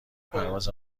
پرواز